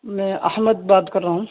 میں احمد بات کر رہا ہوں